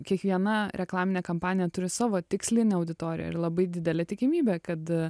kiekviena reklaminė kampanija turi savo tikslinę auditoriją ir labai didelė tikimybė kad